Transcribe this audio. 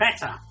Better